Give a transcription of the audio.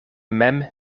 mem